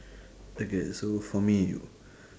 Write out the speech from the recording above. okay so for me